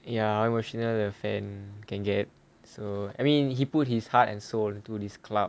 ya how emotional the fan can get so I mean he put his heart and soul to this club